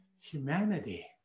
humanity